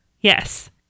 Yes